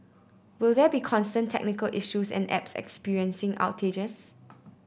will there be constant technical issues and apps experiencing outrages